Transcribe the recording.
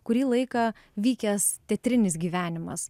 kurį laiką vykęs teatrinis gyvenimas